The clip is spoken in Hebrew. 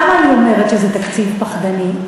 למה אני אומרת שזה תקציב פחדני?